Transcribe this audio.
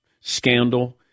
scandal